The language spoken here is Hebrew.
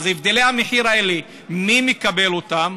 אז הבדלי המחיר האלה, מי מקבל אותם,